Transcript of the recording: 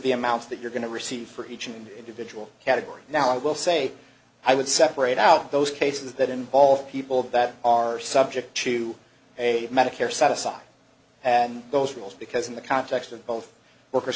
the amounts that you're going to receive for each individual category now i will say i would separate out those cases that involve people that are subject to a medicare set aside and those rules because in the context of both workers